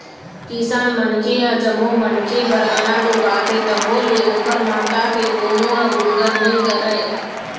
किसान मनखे ह जम्मो मनखे बर अनाज उगाथे तभो ले ओखर महत्ता के कोनो ह गुनगान नइ करय